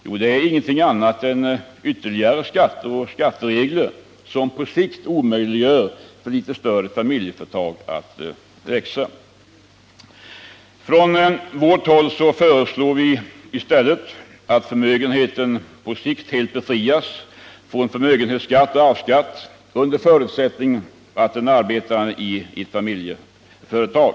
Jo, inget annat än ytterligare skatter och skatteregler, som på sikt omöjliggör för litet större familjeföretag att växa. Från moderata samlingspartiets sida föreslår vi i stället att förmögenheten på sikt helt befrias från förmögenhetsskatt och arvsskatt under förutsättning att den arbetar i ett familjeföretag.